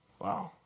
Wow